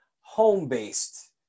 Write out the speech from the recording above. home-based